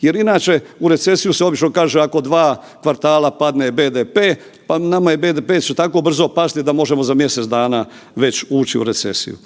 Jer inače u recesiju se obično kaže ako dva kvartala padne BDP, pa nama će BDP tako brzo pasti da možemo za mjesec dana već ući u recesiju.